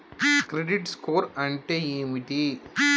Credit score అంటే ఏమిటి?